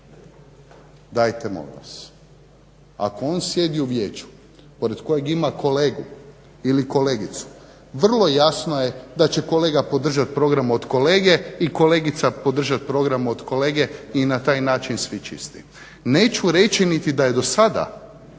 Dajte molim vas, ako on sjedi u vijeću pored kojeg ima kolegu ili kolegicu vrlo jasno je da će kolega podržat program od kolege i kolegica podržat od kolege i na taj način svi čisti. Neću reći niti da je do sada